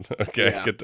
okay